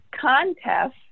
contest